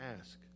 ask